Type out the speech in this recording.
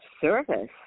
service